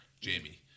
Jamie